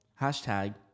Hashtag